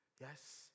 Yes